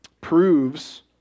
proves